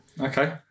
Okay